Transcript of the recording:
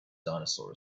dinosaur